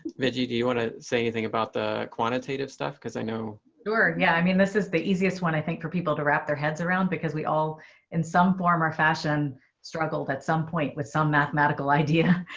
reggie, do you want to say anything about the quantitative stuff? because i know are. yeah. i mean, this is the easiest one, i think, for people to wrap their heads around because we all in some form or fashion struggled at some point with some mathematical idea.